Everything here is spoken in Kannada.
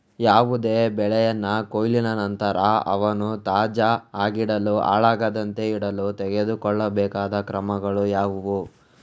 ಯಾವುದೇ ಬೆಳೆಯ ಕೊಯ್ಲಿನ ನಂತರ ಅವನ್ನು ತಾಜಾ ಆಗಿಡಲು, ಹಾಳಾಗದಂತೆ ಇಡಲು ತೆಗೆದುಕೊಳ್ಳಬೇಕಾದ ಕ್ರಮಗಳು ಯಾವುವು?